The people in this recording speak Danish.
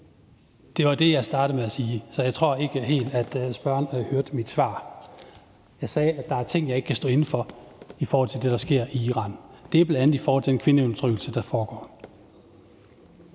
Det var det, jeg startede med at sige. Så jeg tror ikke helt, at spørgeren hørte mit svar. Jeg sagde, at der er ting, jeg ikke kan stå inde for i forhold til det, der sker i Iran, og det er bl.a. i forhold til den kvindeundertrykkelse, der foregår.